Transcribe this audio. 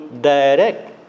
direct